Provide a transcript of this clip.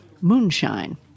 Moonshine